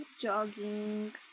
jogging